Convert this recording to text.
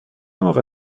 موقع